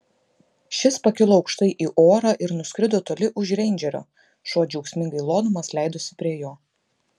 šis pakilo aukštai į orą ir nuskrido toli už reindžerio šuo džiaugsmingai lodamas leidosi prie jo